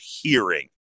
hearing